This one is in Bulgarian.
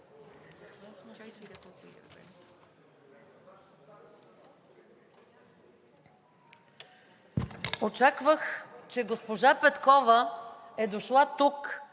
Очаквах, че госпожа Петкова е дошла тук,